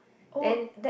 then